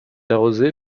arrosée